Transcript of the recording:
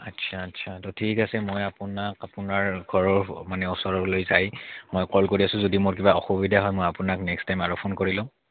আচ্ছা আচ্ছা ত' ঠিক আছে মই আপোনাক আপোনাৰ ঘৰৰ মানে ওচৰলৈ যাই মই কল কৰি আছোঁ যদি মোৰ কিবা অসুবিধা হয় মই আপোনাক নেক্সট টাইম আৰু ফোন কৰি ল'ম